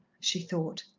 she thought,